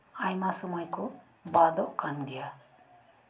ᱟᱭᱢᱟ ᱥᱚᱢᱚᱭ ᱠᱚ ᱵᱟᱫᱚᱜ ᱠᱟᱱ ᱜᱮᱭᱟ